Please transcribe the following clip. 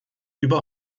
über